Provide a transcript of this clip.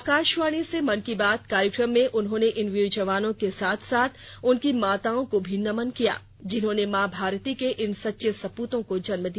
आकाशवाणी से मन की बात कार्यक्रम में उन्होंने इन वीर जवानों के साथ साथ उनकी माताओं को भी नमन किया जिन्होंने मां भारती के इन सच्चे सप्रतों को जन्म दिया